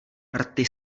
rty